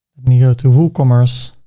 me go to woocommerce,